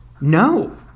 No